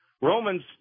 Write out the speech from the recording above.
Romans